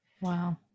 Wow